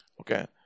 Okay